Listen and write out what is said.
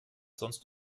sonst